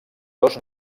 dos